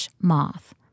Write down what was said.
moth